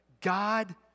God